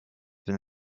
been